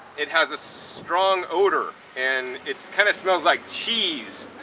it has a strong odor. and it kind of smells like cheese.